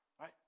right